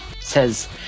says